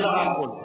לך לרמקול,